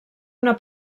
una